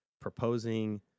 proposing